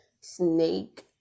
snake